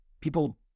people